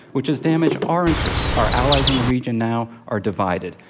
which has damaged our interests. our allies in the region now are divided.